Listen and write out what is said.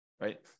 right